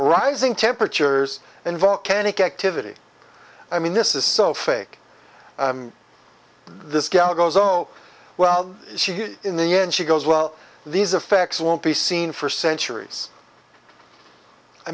rising temperatures and volcanic activity i mean this is so fake this gal goes oh well she's in the end she goes well these effects won't be seen for centuries i